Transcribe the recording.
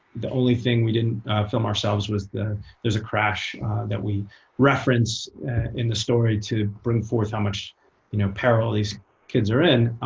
the only thing we didn't film ourselves was, there's a crash that we reference in the story to bring forth how much you know peril these kids are in,